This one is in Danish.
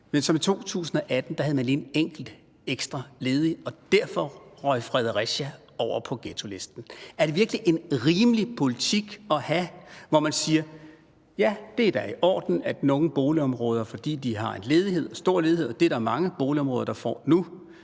Men i 2018 havde man en enkelt ekstra ledig, og derfor røg Fredericia over på ghettolisten. Er det virkelig en rimelig politik at have, altså at sige, at ja, det er da i orden, at nogle boligområder, fordi de har en stor ledighed, og det er der mange boligområder, der får nu,